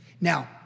Now